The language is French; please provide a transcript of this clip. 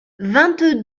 vingt